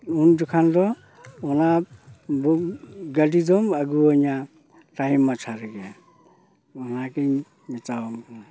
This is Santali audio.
ᱩᱱ ᱡᱚᱠᱷᱟᱱ ᱫᱚ ᱚᱱᱟ ᱜᱟᱹᱰᱤᱫᱚᱢ ᱟᱹᱜᱩᱣᱟᱧᱟᱹ ᱴᱟᱭᱤᱢ ᱢᱟᱪᱷᱟ ᱨᱮᱜᱮ ᱚᱱᱟᱜᱮᱧ ᱢᱮᱛᱟᱣᱟᱢ ᱠᱟᱱᱟ